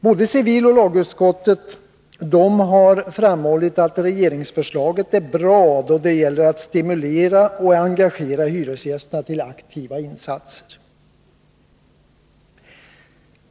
Både civilutskottet och lagutskottet har framhållit att regeringsförslaget är bra då det gäller att stimulera och engagera hyresgästerna till aktiva insatser.